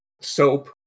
soap